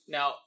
Now